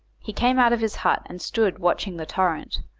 he came out of his hut, and stood watching the torrent,